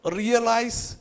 realize